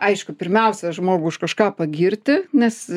aišku pirmiausia žmogų už kažką pagirti nes